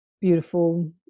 beautiful